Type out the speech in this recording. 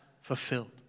fulfilled